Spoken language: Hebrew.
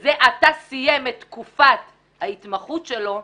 שזה עתה סיים את תקופת ההתמחות שלו,